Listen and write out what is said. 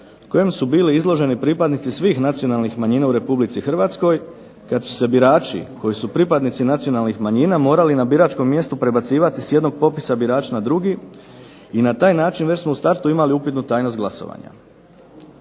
kojem su bili izloženi pripadnici svih nacionalnih manjina u Republici Hrvatskoj kad su se birači koji su pripadnici nacionalnih manjina morali na biračkom mjestu prebacivati s jednog popisa birača na drugi i na taj način već smo u startu imali upitnu tajnost glasovanja.